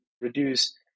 reduce